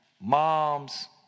Moms